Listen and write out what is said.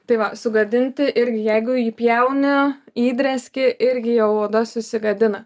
tai va sugadinti irgi jeigu įpjauni įdreski irgi jau oda susigadina